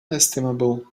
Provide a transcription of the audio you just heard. estimable